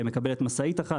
היא מקבלת משאית אחת,